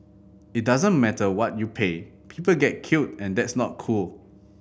it doesn't matter what you pay people get killed and that's not cool